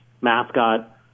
Mascot